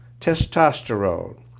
testosterone